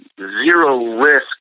zero-risk